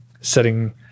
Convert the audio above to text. setting